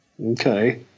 Okay